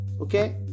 Okay